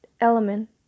element